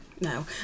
No